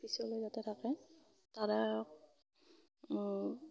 পিছলৈ যাতে থাকে তাৰে